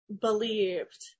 believed